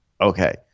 Okay